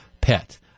pet